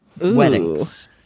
weddings